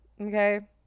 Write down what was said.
okay